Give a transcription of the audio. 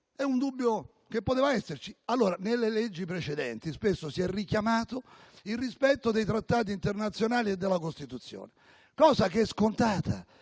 Era un dubbio che poteva esserci. Allora, nelle leggi precedenti spesso si è richiamato il rispetto dei trattati internazionali e della Costituzione, cosa che è scontata